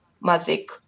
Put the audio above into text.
magic